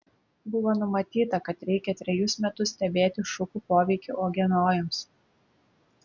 buvo numatyta kad reikia trejus metus stebėti šukų poveikį uogienojams